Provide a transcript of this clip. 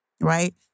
right